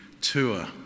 Tour